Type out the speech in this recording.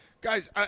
guys